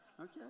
Okay